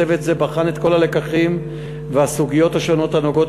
צוות זה בחן את הלקחים והסוגיות השונות הנוגעות